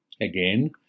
Again